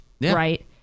right